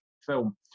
film